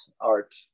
art